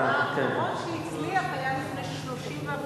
האחרון שהצליח היה לפני 31 שנים,